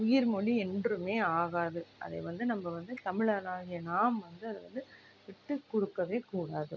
உயிர் மொழி என்றுமே ஆகாது அதை வந்து நம்ப வந்து தமிழனாகிய நாம் வந்து அதை வந்து விட்டுக் கொடுக்கவே கூடாது